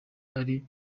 ari